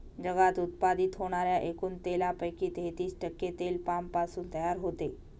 जगात उत्पादित होणाऱ्या एकूण तेलापैकी तेहतीस टक्के तेल पामपासून तयार होते